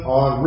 on